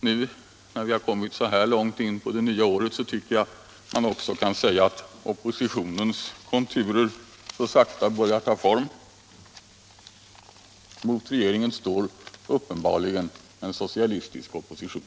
Nu när vi kommit så här långt in på det nya året tycker jag att man också kan säga att oppositionens konturer så sakta börjar ta form. Mot regeringen står uppenbarligen en socialistisk opposition.